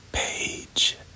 Page